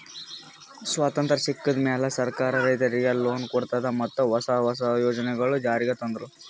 ಸ್ವತಂತ್ರ್ ಸಿಕ್ಕಿದ್ ಮ್ಯಾಲ್ ಸರ್ಕಾರ್ ರೈತರಿಗ್ ಲೋನ್ ಕೊಡದು ಮತ್ತ್ ಹೊಸ ಹೊಸ ಯೋಜನೆಗೊಳು ಜಾರಿಗ್ ತಂದ್ರು